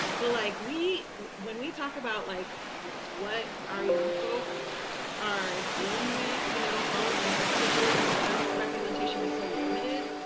but like we when we talk about, like what our young folks are dealing with, you know, all of the messages because representation is so limited,